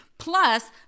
plus